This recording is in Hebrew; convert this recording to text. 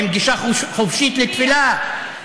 עם גישה חופשית לתפילה,